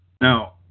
Now